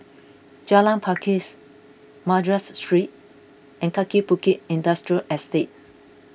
Jalan Pakis Madras Street and Kaki Bukit Industrial Estate